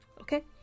okay